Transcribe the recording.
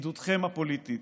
בשרידותכם הפוליטית,